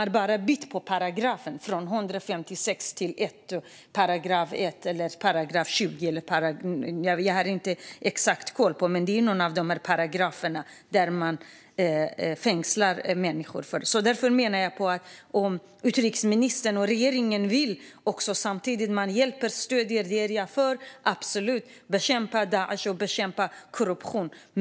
Man har bara bytt nummer på paragrafen från 156 till 1, 20 eller något annat - jag har inte exakt koll på det, men det är i enlighet med någon av de här paragraferna man fängslar människor. Jag är absolut för att utrikesministern och regeringen ger hjälp och stöd till att exempelvis bekämpa Daish och bekämpa korruption.